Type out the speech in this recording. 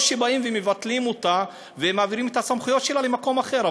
או שמבטלים אותה ומעבירים את הסמכויות שלה למקום אחר,